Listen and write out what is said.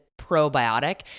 Probiotic